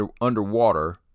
underwater